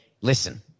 listen